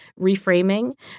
reframing